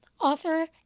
author